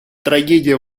трагедия